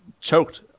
choked